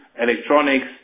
electronics